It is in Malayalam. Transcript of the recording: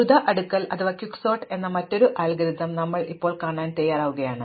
ദ്രുത അടുക്കൽ എന്ന മറ്റൊരു അൽഗോരിതം കാണാൻ ഞങ്ങൾ ഇപ്പോൾ തയ്യാറാണ്